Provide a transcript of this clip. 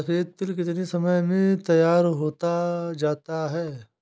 सफेद तिल कितनी समय में तैयार होता जाता है?